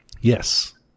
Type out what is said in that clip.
Yes